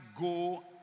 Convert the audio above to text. go